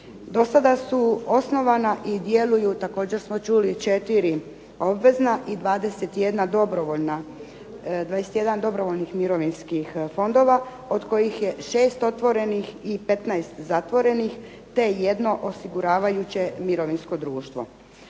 Do sada su osnovana i djeluju također smo čuli četiri obvezna i 21 dobrovoljnih mirovinskih fondova od kojih je 6 otvorenih i 15 zatvorenih, te jedno osiguravajuće mirovinsko društvo.